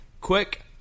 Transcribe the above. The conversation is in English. Quick